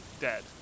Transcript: dead